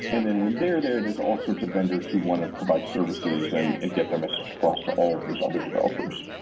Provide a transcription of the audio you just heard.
and then when they're there, there's all sorts of vendors who want to provide services and and get their message across to all of those other developers.